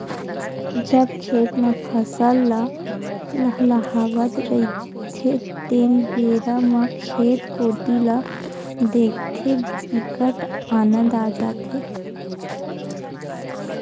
जब खेत म फसल ल लहलहावत रहिथे तेन बेरा म खेत कोती ल देखथे बिकट आनंद आ जाथे